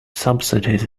subsidies